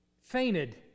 fainted